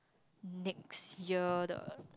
next year the